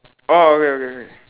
orh okay okay okay